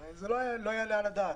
הרי זה לא יעלה על הדעת,